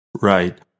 Right